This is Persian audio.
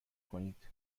کنید